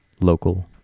local